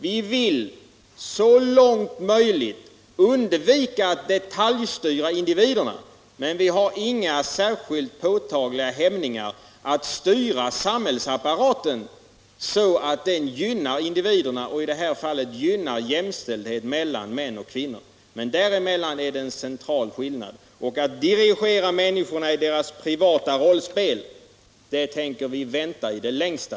Vi vill så långt det är möjligt undvika att detaljstyra individerna — vi har däremot inga särskilt påtagliga hämningar att styra samhällsapparaten så att den gynnar individerna; i det här fallet gynnas jämställdheten mellan män och kvinnor. Däremellan är det en central skillnad. Att dirigera människorna i deras privata rollspel tänker vi vänta med i det allra längsta.